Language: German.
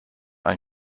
ein